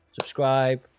subscribe